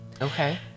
Okay